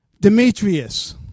Demetrius